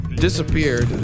Disappeared